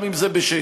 גם אם זה בשקל.